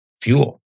fuel